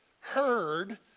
heard